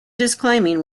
disclaiming